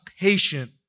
patient